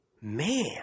Man